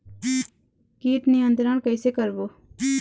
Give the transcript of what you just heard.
कीट नियंत्रण कइसे करबो?